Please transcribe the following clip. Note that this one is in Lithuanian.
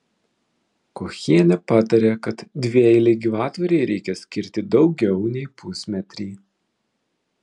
kochienė patarė kad dvieilei gyvatvorei reikia skirti daugiau nei pusmetrį